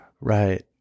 Right